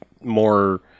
more